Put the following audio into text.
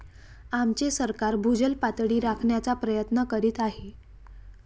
आमचे सरकार भूजल पातळी राखण्याचा प्रयत्न करीत आहे